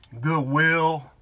goodwill